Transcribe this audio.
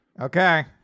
okay